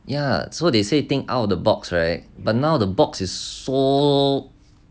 ya so they say you think out of the box right but now the box is so